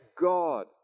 God